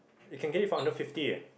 it can get it for under fifty ah